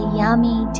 yummy